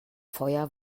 feuer